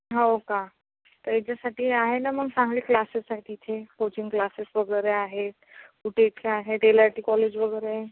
हाव का तेच्यासाठी आहे ना मग चांगले क्लासेस आहेत इथे कोचिंग क्लासेस वगैरे आहेत कुटेचा आहे एल आर टी कॉलेज वगैरे